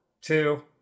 two